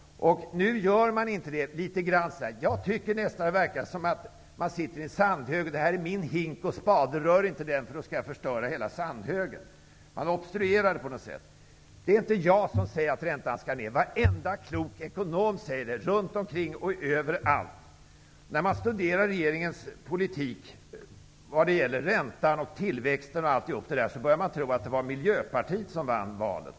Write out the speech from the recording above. Men nu gör man inte det. Jag tycker nästan att det är som om man sitter i en sandhög och säger: ''Det här är min hink och spade. Rör inte dem, annars skall jag förstöra hela sandhögen!'' Det är på något sätt fråga om att obstruera. Det är inte jag som säger att räntan skall sänkas. Varenda klok ekonom runtomkring och överallt säger det! När man studerar regeringens politik vad gäller räntan och tillväxten, skulle man kunna tro att det var Miljöpartiet som vann valet.